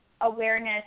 awareness